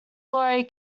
glory